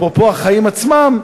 אפרופו החיים עצמם,